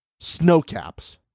Snowcaps